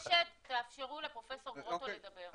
חברים, אני מבקשת, תאפשרו לפרופ' גרוטו לדבר.